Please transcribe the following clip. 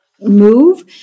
move